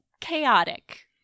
chaotic